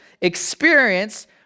experience